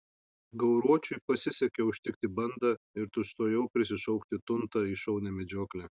gauruočiui pasisekė užtikti bandą ir tuojau prisišaukti tuntą į šaunią medžioklę